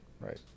Right